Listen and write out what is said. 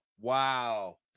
Wow